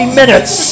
minutes